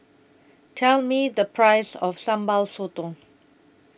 Tell Me The Price of Sambal Sotong